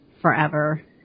forever